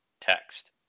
text